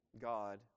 God